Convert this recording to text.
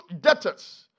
debtors